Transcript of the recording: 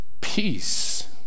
peace